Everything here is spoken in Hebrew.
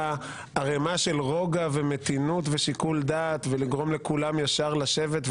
ערימה של רוגע ומתינות ושיקול דעת ולגרום לכולם לשבת,